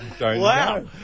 Wow